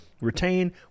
Retain